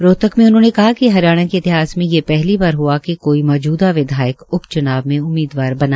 रोहतक में उन्होंने कहा कि हरियाणा के इतिहास में ये पहली बार हआ कि कोई मौजूदा विधायक उप च्नाव में उम्मीदवार बना